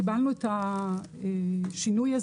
עוד לא קיבלנו את הפיצוי שלנו